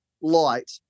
light